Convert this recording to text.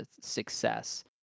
success